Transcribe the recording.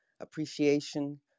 appreciation